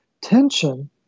tension